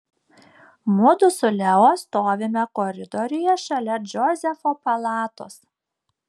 mudu su leo stovime koridoriuje šalia džozefo palatos